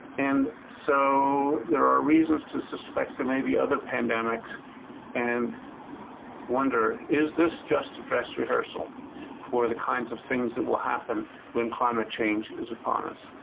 and so there are reasons to suspect there may be other pandemics and wonder is this just a dress rehearsal for the kinds of things that will happen when climate change is upon us.